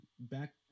back